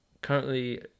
currently